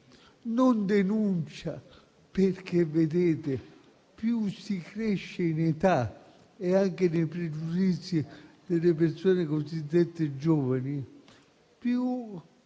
non denuncia, perché più si cresce in età e anche nei pregiudizi delle persone cosiddette giovani, più